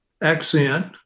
accent